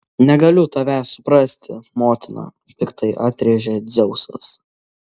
negaliu tavęs suprasti motina piktai atrėžė dzeusas